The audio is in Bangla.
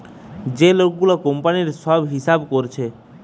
যে লোক গুলা কোম্পানির সব হিসাব কোরছে